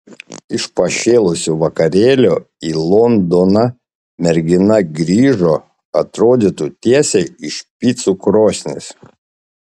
iš pašėlusio vakarėlio į londoną mergina grįžo atrodytų tiesiai iš picų krosnies